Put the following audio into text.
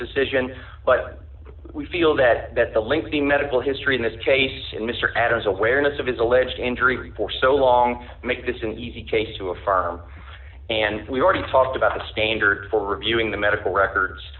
decision but we feel that the linking medical history in this case and mr adams awareness of his alleged injury for so long make this an easy case to affirm and we already talked about the standard for reviewing the medical records